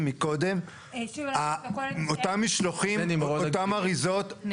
כלומר זה לא שלא נעשה עליהם תשלום כזה או אחר.